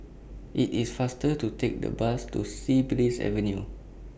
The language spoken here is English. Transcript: IT IS faster to Take The Bus to Sea Breeze Avenue